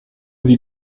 sie